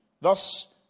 Thus